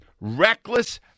reckless